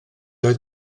oedd